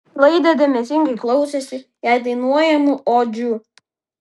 laidė dėmesingai klausėsi jai dainuojamų odžių